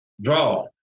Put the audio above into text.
draw